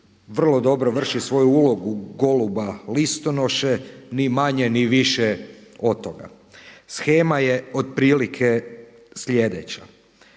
vrlo dobro vrši svoju ulogu goluba listonoše, ni manje, ni više od toga. Shema je otprilike sljedeća.